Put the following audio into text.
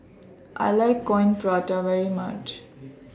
I like Coin Prata very much